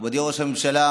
מכובדי ראש הממשלה,